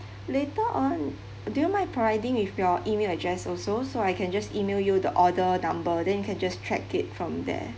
later on do you mind providing with your email address also so I can just email you the order number then you can just check it from there